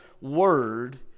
word